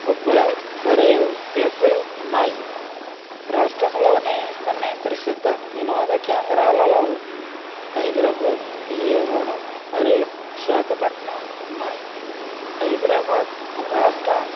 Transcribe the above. పబ్బులు మరియు క్లబ్బులు ఉన్నాయి రాష్ట్రంలోని కొన్ని ప్రసిద్ధ వినోద కేంద్రాలలో హైదరాబాద్ విజయవాడ మరియు విశాఖపట్నం ఉన్నాయి హైదరాబాద్ రాష్ట్ర